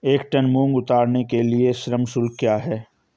एक टन मूंग उतारने के लिए श्रम शुल्क क्या है?